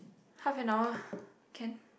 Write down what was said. half an hour can